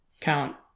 Count